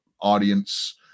audience